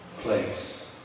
place